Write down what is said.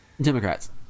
Democrats